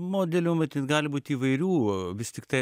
modelių matyt gali būt įvairių vis tiktai